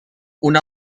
una